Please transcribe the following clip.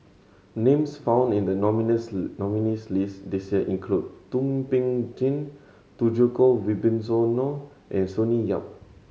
names found in the nominees' nominees' list this year include Thum Ping Tjin Djoko Wibisono and Sonny Yap